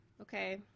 Okay